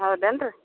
ಹೌದೇನ್ ರೀ